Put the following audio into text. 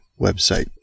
website